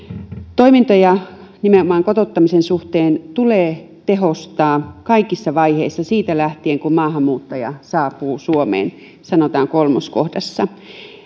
toimintoja nimenomaan kotouttamisen suhteen tulee tehostaa kaikissa vaiheissa siitä lähtien kun maahanmuuttaja saapuu suomeen näin sanotaan kolmoskohdassa